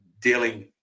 dealing